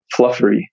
fluffery